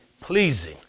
pleasing